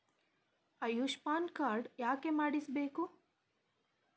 Ayushman card ಯಾಕೆ ಮಾಡಿಸಬೇಕು?